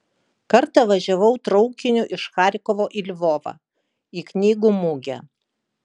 kartą važiavau traukiniu iš charkovo į lvovą į knygų mugę